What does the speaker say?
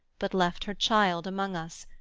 but left her child among us,